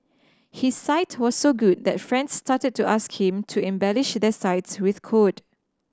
his site was so good that friends started to ask him to embellish their sites with code